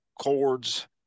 chords